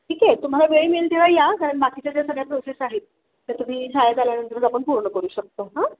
ठीक आहे तुम्हाला वेळ मिळेल तेव्हा या कारण बाकीच्या ज्या सगळ्या प्रोसेस आहेत त्या तुम्ही शाळेत आल्यानंतरच आपण पूर्ण करू शकतो हां